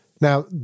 Now